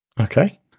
Okay